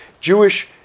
Jewish